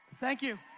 thank you.